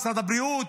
משרד הבריאות,